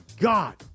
god